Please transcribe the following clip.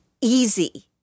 easy